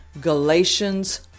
Galatians